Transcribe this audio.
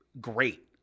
great